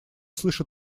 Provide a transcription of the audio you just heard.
слышу